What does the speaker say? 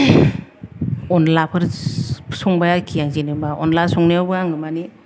अनलाफोर संबाय आरोखि जेनेबा अनला संनायावबो आं माने